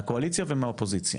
מהקואליציה ומהאופוזיציה,